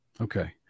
Okay